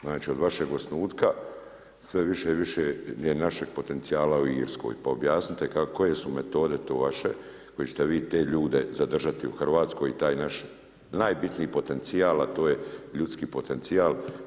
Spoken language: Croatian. Znači od vašeg osnutka sve više i više je našeg potencijala u Irskoj, pa objasnite koje su metode to vaše koje ćete vi te ljude zadržati u Hrvatskoj i taj naš najbitniji potencijal, a to je ljudski potencijal.